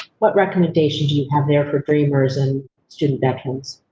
what recommendation do you have there for dreamers and student veterans?